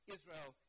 Israel